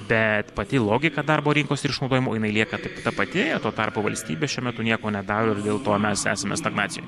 bet pati logika darbo rinkos ir išnaudojimų jinai lieka ta pati tuo tarpu valstybės šiuo metu nieko nedaro ir dėl to mes esame stagnacijoj